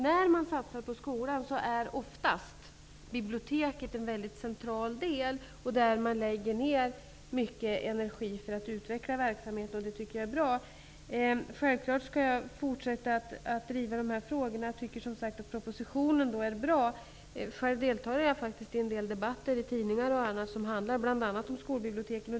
När de satsar på skolan är oftast biblioteket en mycket central del. Man lägger ner mycket energi för att utveckla verksamheten, och det tycker jag är bra. Självfallet skall jag fortsätta att driva dessa frågor. Jag tycker att propositionen är bra. Själv har jag deltagit i en del debatter i tidningar och i andra sammanhang som handlat bl.a. om skolbiblioteken.